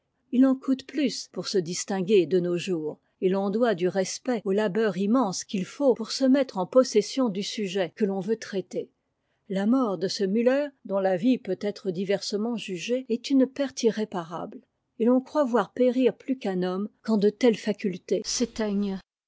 h en coûte plus pour se distinguer de nos jours et l'on doit du respect au labeur immense qu'il faut pour se mettre en possession du sujet que l'on veut traiter la mort de ce müller dont la vie peut être diversement jugée est une perte irréparable et l'on croit voir périr plus qu'un homme quand de telles facultés s'éteignent